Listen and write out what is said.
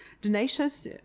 donations